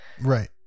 Right